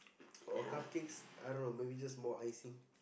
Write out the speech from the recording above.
or cupcakes I don't know maybe just more icing